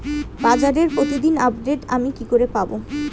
বাজারের প্রতিদিন আপডেট আমি কি করে পাবো?